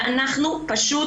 ואנחנו פשוט,